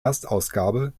erstausgabe